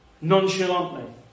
nonchalantly